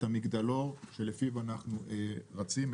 את המגדלור שלפיו אנחנו רצים,